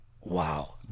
Wow